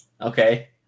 okay